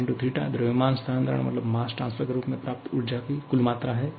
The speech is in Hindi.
m द्रव्यमान स्थानांतरण के रूप में प्राप्त ऊर्जा की कुल मात्रा है